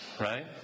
Right